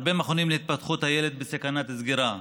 הרבה מכונים להתפתחות הילד בסכנת סגירה,